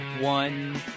one